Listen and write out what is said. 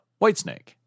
Whitesnake